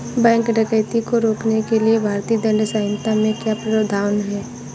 bank डकैती को रोकने के लिए भारतीय दंड संहिता में क्या प्रावधान है